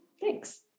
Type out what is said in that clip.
Thanks